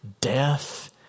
death